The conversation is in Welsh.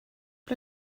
ble